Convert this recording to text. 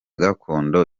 gakondo